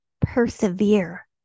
persevere